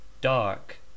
Dark